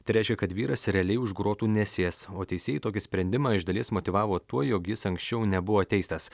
tai reiškia kad vyras realiai už grotų nesės o teisėjai tokį sprendimą iš dalies motyvavo tuo jog jis anksčiau nebuvo teistas